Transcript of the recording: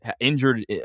injured